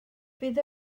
fydd